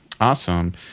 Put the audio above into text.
awesome